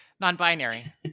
Non-binary